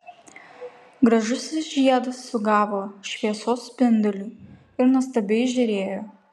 gražusis žiedas sugavo šviesos spindulį ir nuostabiai žėrėjo